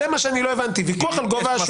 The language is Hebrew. לא הבנתי את עניין ויכוח גובה השומה.